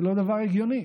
זה לא דבר הגיוני.